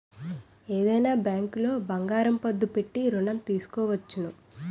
ఏదైనా బ్యాంకులో బంగారం పద్దు పెట్టి ఋణం తీసుకోవచ్చును